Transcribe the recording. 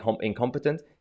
incompetent